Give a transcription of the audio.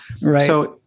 Right